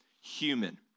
human